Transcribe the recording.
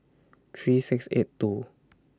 three six eight two